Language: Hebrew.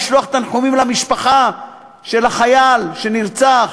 לשלוח תנחומים למשפחה של החייל שנרצח